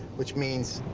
which means.